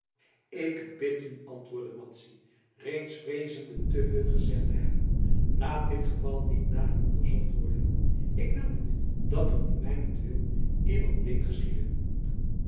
ik bid u antwoordde madzy reeds vreezende te veel gezegd te hebben laat dit geval niet nader onderzocht worden ik wil niet dat er om mijnentwil iemand leed geschiede